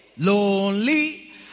Lonely